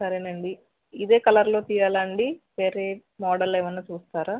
సరేనండి ఇదే కలర్లో తీయాలా అండి వేరే మోడల్ ఏమైనా చూస్తారా